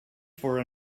for